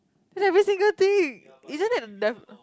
then every single thing isn't that